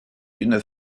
une